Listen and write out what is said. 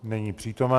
Není přítomen.